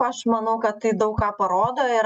aš manau kad tai daug ką parodo ir